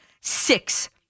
six